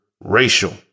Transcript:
racial